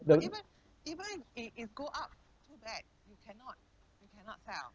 the